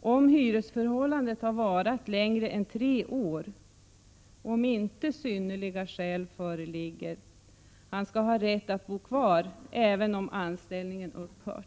om hyresförhållandet varat längre än tre år och om inte synnerliga skäl föreligger, har rätt att bo kvar även om anställningen upphört.